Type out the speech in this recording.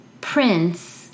Prince